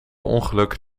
ongeluk